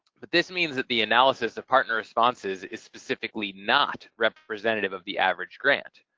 but this means that the analysis of partner responses is specifically not representative of the average grant.